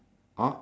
!huh!